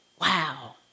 Wow